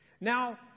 Now